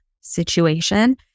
situation